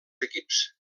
equips